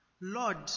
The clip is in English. Lord